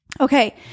Okay